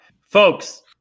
Folks